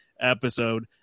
episode